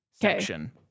section